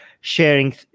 sharing